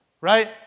Right